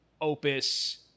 Opus